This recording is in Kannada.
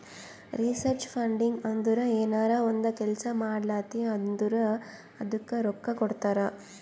ರಿಸರ್ಚ್ ಫಂಡಿಂಗ್ ಅಂದುರ್ ಏನರೇ ಒಂದ್ ಕೆಲ್ಸಾ ಮಾಡ್ಲಾತಿ ಅಂದುರ್ ಅದ್ದುಕ ರೊಕ್ಕಾ ಕೊಡ್ತಾರ್